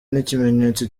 n’ikimenyetso